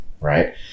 right